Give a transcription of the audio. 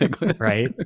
right